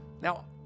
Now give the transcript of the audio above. Now